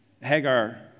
Hagar